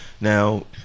Now